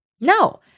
No